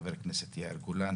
חבר הכנסת איל גולן,